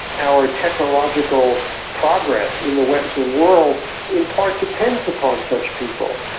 our technological progress in the western world in part depends upon such people,